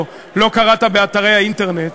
או לא קראת באתרי האינטרנט,